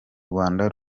rwanda